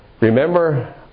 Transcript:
Remember